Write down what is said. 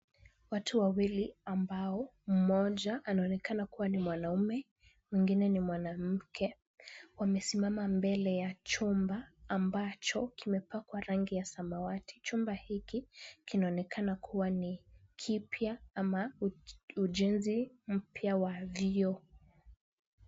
Watu wawili ambao mmoja anaonekana kuwa ni mwanaume, mwingine ni mwanamke, wamesimama mbele ya chumba ambacho kimepakwa rangi ya samawati. Chumba hiki kinaonekana kuwa ni kipya ama ujenzi mpya wa vyoo.